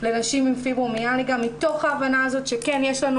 לנשים עם פיברומיאלגיה מתוך הבנה שכן יש לנו